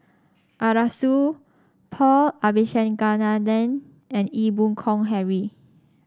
Arasu Paul Abisheganaden and Ee Boon Kong Henry